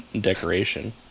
decoration